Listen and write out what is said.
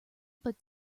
but